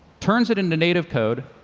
turns it into native code,